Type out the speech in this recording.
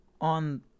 on